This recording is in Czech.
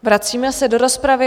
Vracíme se do rozpravy.